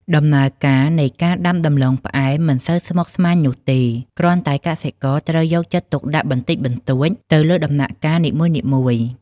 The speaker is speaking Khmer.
ដំណើរការនៃការដាំដំឡូងផ្អែមមិនសូវស្មុគស្មាញនោះទេ គ្រាន់តែកសិករត្រូវយកចិត្តទុកដាក់បន្តិចបន្តួចទៅលើដំណាក់កាលនីមួយៗ។